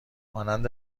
مانند